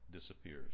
disappears